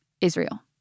Israel